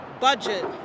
budget